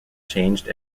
changed